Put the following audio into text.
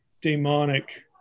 demonic